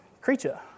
creature